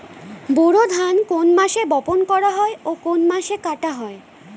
বোরো ধান কোন মাসে বপন করা হয় ও কোন মাসে কাটা হয়?